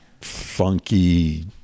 funky